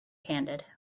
handed